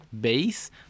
base